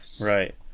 right